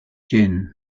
gin